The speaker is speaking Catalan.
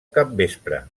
capvespre